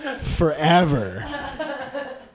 forever